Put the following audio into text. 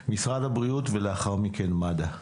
משרד הבריאות ולאחר מכן מד"א.